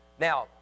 now